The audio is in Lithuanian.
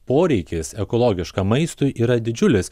poreikis ekologiškam maistui yra didžiulis